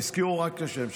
הזכירו רק את השם שלכם.